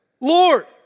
Lord